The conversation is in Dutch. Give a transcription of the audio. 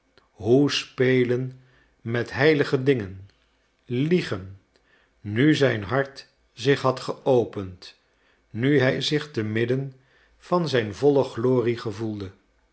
hoe spelen met heilige dingen liegen nu zijn hart zich had geopend nu hij zich te midden van zijn volle glorie gevoelde